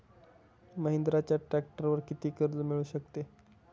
महिंद्राच्या ट्रॅक्टरवर किती कर्ज मिळू शकते?